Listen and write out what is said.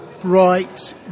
bright